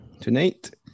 tonight